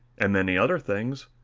and many other things,